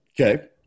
Okay